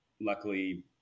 luckily-